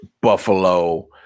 Buffalo